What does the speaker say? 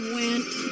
went